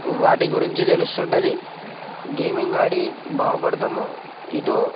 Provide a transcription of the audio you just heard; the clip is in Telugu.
వాటి గురించి తెలుస్తుంది గేమింగ్ ఆడి బాగుపడతాము ఇటు